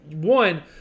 one